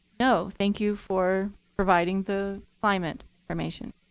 no, thank you for providing the climate information.